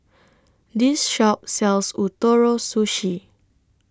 This Shop sells Ootoro Sushi